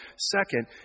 Second